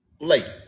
late